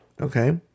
Okay